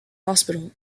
hospital